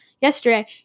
yesterday